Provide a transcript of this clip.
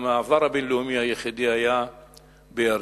המעבר הבין-לאומי היחיד היה בירדן.